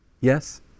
Yes